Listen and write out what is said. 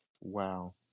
Wow